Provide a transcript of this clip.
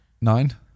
Nine